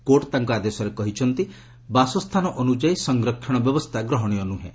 court ତାଙ୍କ ଆଦେଶରେ କହିଛନ୍ତି ବାସସ୍ଥାନ ଅନୁଯାୟୀ ସଂରକ୍ଷଣ ବ୍ୟବସ୍ଥା ଗ୍ରହଣୀୟ ନ୍ରହେଁ